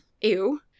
Ew